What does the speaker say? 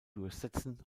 durchsetzen